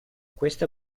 questa